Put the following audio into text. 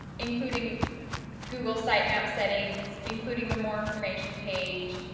including google sitemap settings, including the more information page,